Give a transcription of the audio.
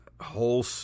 whole